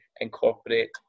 incorporate